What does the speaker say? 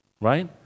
Right